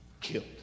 Killed